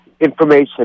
information